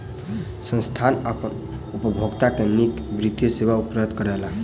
संस्थान अपन उपभोगता के नीक वित्तीय सेवा उपलब्ध करौलक